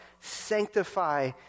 Sanctify